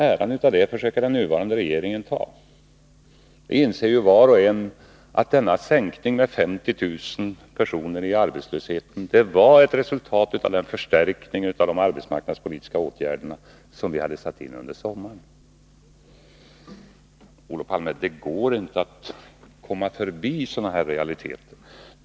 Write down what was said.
Var och en inser ju att denna sänkning av arbetslösheten med 50 000 personer var ett resultat av den förstärkning av de arbetsmarknadspolitiska åtgärderna som vi hade satt in under sommaren. Det går inte att komma förbi sådana här realiteter, Olof Palme!